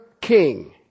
king